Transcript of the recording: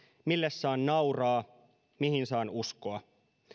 mille saan nauraa mihin saan uskoa